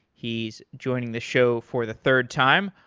he's joining the show for the third time.